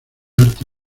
arte